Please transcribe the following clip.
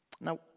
Now